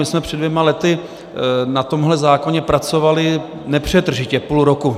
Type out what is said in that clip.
My jsme před dvěma lety na tomhle zákoně pracovali nepřetržitě půl roku.